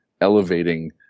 elevating